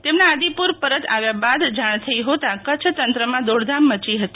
તેમના આદિપુ ર આવ્યા બાદ જાણ થઈ હોતા કચ્છ તંત્રમાં દોડધામ મથી હતી